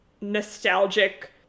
nostalgic